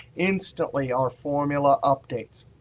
instantly our formula updates.